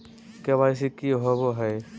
KYC की होबो है?